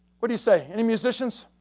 what do you say? any musicians?